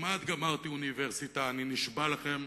כמעט גמרתי אוניברסיטה, אני נשבע לכם: